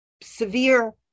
severe